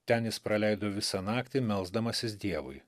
ten jis praleido visą naktį melsdamasis dievui